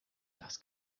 das